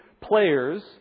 players